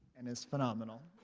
and it's phenomenal